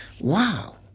wow